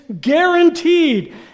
guaranteed